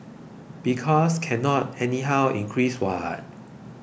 because cannot anyhow increase what